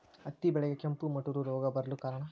ಹತ್ತಿ ಬೆಳೆಗೆ ಕೆಂಪು ಮುಟೂರು ರೋಗ ಬರಲು ಕಾರಣ?